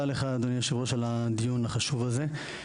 לך אדוני היושב ראש על הדיון החשוב הזה.